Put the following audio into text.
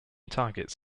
targets